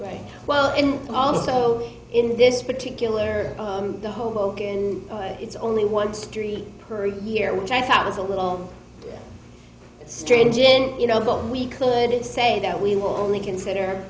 right well in all the so in this particular poem the hoboken it's only one street per year which i thought was a little strange and you know but we could say that we will only consider